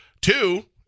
Two